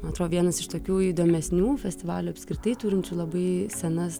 man atrodo vienas iš tokių įdomesnių festivalių apskritai turinčių labai senas